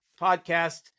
podcast